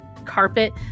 carpet